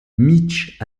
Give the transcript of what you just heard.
mitch